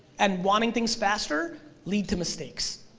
and wanting things faster leads to mistakes.